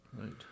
Right